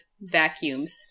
vacuums